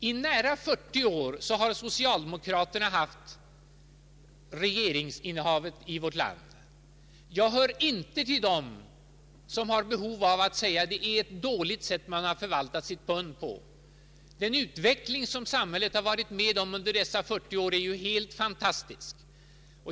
I nära 40 år har socialdemokraterna haft regeringsmakten i vårt land. Jag hör inte till dem som har behov av att säga att socialdemokraterna förvaltat sitt pund på ett dåligt sätt. Den utveckling som samhället varit med om under dessa 40 år är helt fantastisk.